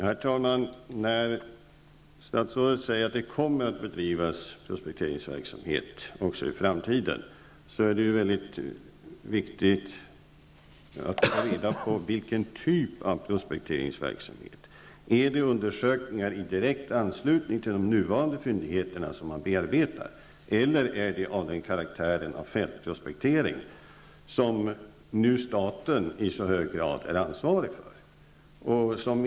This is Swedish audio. Herr talman! När statsrådet säger att det kommer att bedrivas prospekteringsverksamhet även i framtiden är det mycket viktigt att ta reda på vilken typ av prospekteringsverksamhet det blir fråga om. Är det undersökningar i direkt anslutning till de fyndigheter som nu bearbetas, eller har de karaktären av fältprospektering, något som staten i så hög grad nu är ansvarig för?